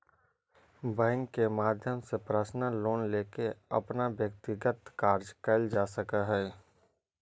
bank के माध्यम से पर्सनल लोन लेके अपन व्यक्तिगत कार्य कैल जा सकऽ हइ